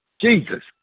Jesus